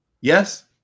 Yes